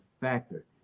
factor